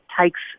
takes